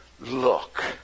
look